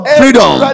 freedom